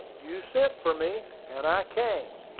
you sent for me, and i came.